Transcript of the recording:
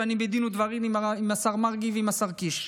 ואני בדין ודברים עם השר מרגי ועם השר קיש.